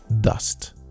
Dust